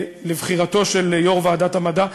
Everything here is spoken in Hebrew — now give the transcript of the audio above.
לבחירתו של יו"ר ועדת המדע,